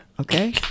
Okay